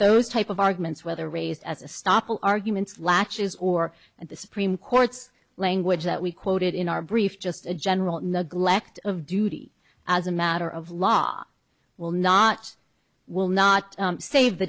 those type of arguments whether raised as a stop all arguments latches or and the supreme court's language that we quoted in our brief just a general neglect of duty as a matter of law will not will not save the